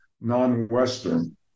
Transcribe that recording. non-Western